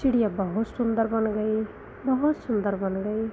चिड़िया बहुत सुन्दर बन गई बहुत सुन्दर बन गई